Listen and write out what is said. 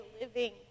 living